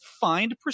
Find